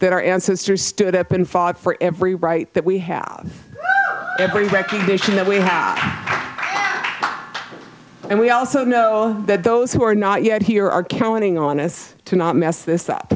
that our ancestors stood up and fought for every right that we have every recognition that we have and we also know that those who are not yet here are counting on us to not mess